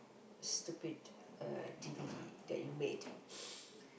stupid uh D_V_D that you made